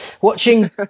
Watching